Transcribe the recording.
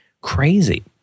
crazy